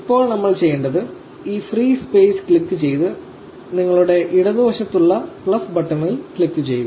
ഇപ്പോൾ നമ്മൾ ചെയ്യേണ്ടത് ഈ ഫ്രീ സ്പേസ് ക്ലിക്ക് ചെയ്ത് നിങ്ങളുടെ ഇടതുവശത്തുള്ള പ്ലസ് ബട്ടണിൽ ക്ലിക്ക് ചെയ്യുക